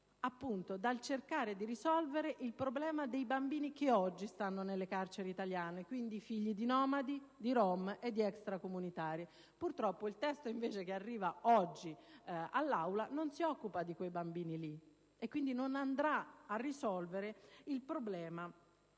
per cercare di risolvere il problema dei bambini che oggi si trovano nelle carceri italiane: quindi, figli di nomadi, di rom e di extracomunitari. Purtroppo, invece, il testo che arriva oggi all'Aula non si occupa di quei bambini, e quindi non andrà a risolvere il problema